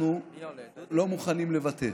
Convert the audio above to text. אנחנו לא מוכנים לוותר,